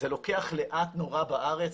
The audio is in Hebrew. זה לוקח לאט נורא בארץ.